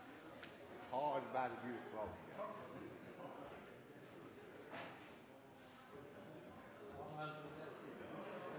har vært